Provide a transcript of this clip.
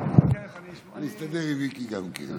שאני מתחיל לסבול רון קובי?